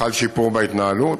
חל שיפור בהתנהלות,